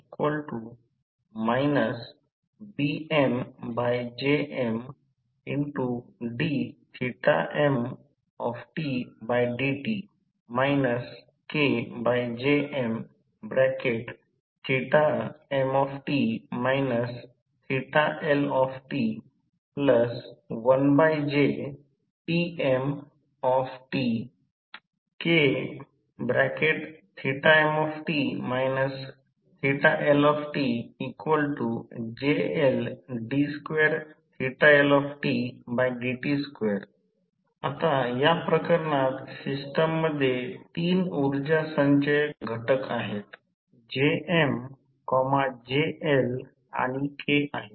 d2mdt2 BmJmdmtdt KJmmt Lt1JmTmt Kmt LJLd2Ldt2 आता या प्रकरणात सिस्टममध्ये 3 उर्जा संचय घटक Jm JL आणि K आहेत